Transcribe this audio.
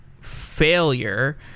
failure